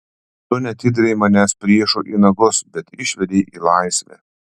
tu neatidavei manęs priešui į nagus bet išvedei į laisvę